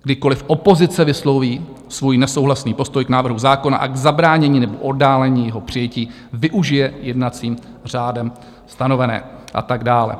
Kdykoliv opozice vysloví svůj nesouhlasný postoj k návrhu zákona a k zabránění nebo oddálení jeho přijetí, využije jednacím řádem stanovené... a tak dále.